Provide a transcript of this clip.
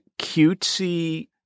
cutesy